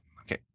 Okay